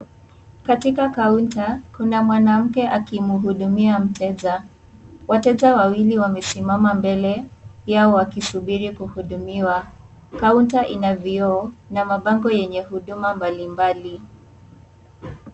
Katika kaunta, kuna mwanamke anamhudumia mteja. Wateja wawili wamesimama mbele yao wakisubiri kuhudumiwa. Kaunta ina vioo na mabango yenye huduma mbalimbali.